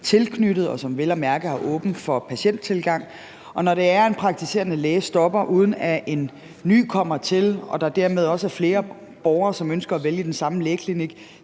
tilknyttet – vel at mærke en læge, som har åbent for patienttilgang. Og når det er, at en praktiserende læge stopper, uden at en ny kommer til, og at der dermed også er flere borgere, som ønsker at vælge den samme lægeklinik,